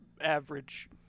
average